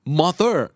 mother